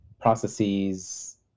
processes